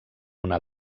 una